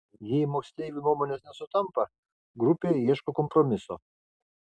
jei moksleivių nuomonės nesutampa grupė ieško kompromiso